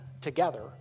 together